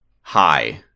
hi